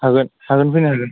हागोन हागोन फैनो हागोन